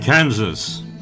Kansas